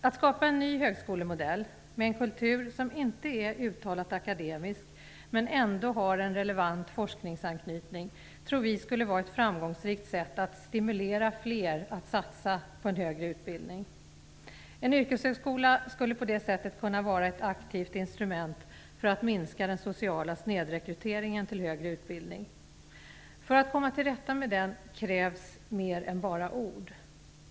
Att skapa en ny högskolemodell med en kultur som inte är uttalat akademisk, men ändå har en relevant forskningsanknytning, tror vi skulle vara ett framgångsrikt sätt att stimulera fler att satsa på en högre utbildning. En yrkeshögskola skulle på det sättet kunna vara ett aktivt instrument för att minska den sociala snedrekryteringen till högre utbildning. För att komma till rätta med den krävs mer än bara ord.